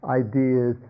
ideas